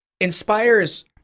inspires